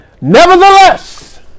Nevertheless